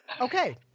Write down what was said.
Okay